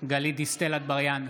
גלית דיסטל אטבריאן,